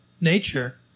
nature